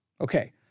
okay